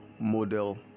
model